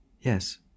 Yes